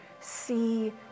see